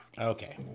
Okay